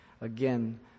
Again